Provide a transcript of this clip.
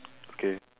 okay